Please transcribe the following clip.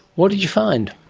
what did you find?